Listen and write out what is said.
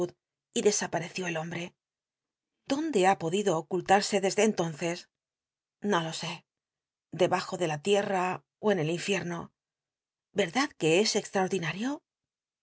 y desapareció el hombre dónde ha podido oculta e dc de entonces o lo é erdad que es debajo de la tiena ó en el infierno verdad que es extraordinario